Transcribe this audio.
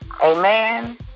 Amen